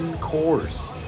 cores